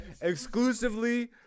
Exclusively